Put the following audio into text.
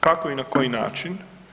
Kako i na koji način?